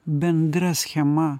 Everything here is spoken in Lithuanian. bendra schema